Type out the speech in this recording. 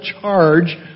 charge